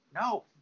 no